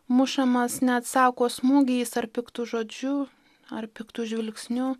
mušamas neatsako smūgiais ar piktu žodžiu ar piktu žvilgsniu